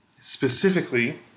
Specifically